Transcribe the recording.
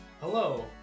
Hello